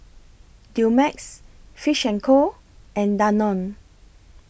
Dumex Fish and Co and Danone